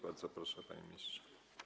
Bardzo proszę, panie ministrze.